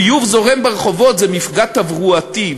ביוב זורם ברחובות זה מפגע תברואתי,